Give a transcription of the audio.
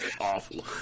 awful